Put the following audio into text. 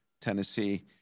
Tennessee